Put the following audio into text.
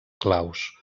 claus